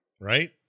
right